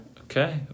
Okay